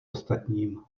ostatním